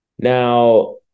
Now